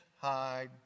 hide